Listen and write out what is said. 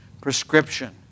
prescription